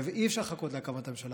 אי-אפשר לחכות להקמת הממשלה,